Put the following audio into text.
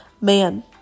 man